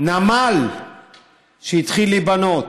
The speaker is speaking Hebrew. נמל שהתחיל להיבנות.